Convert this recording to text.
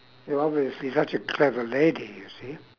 you're obviously such a clever lady you see